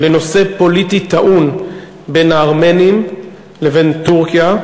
לנושא פוליטי טעון בין הארמנים לבין טורקיה,